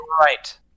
Right